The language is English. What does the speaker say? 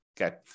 okay